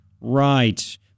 Right